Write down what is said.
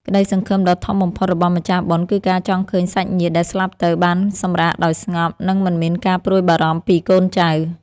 ក្តីសង្ឃឹមដ៏ធំបំផុតរបស់ម្ចាស់បុណ្យគឺការចង់ឃើញសាច់ញាតិដែលស្លាប់ទៅបានសម្រាកដោយស្ងប់ និង មិនមានការព្រួយបារម្ភពីកូនចៅ។